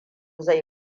zai